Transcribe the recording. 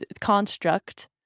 construct